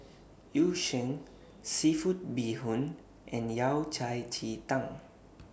Yu Sheng Seafood Bee Hoon and Yao Cai Ji Tang